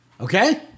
Okay